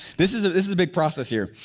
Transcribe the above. this is ah this is a big process here.